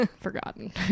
forgotten